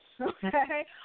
okay